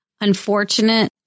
unfortunate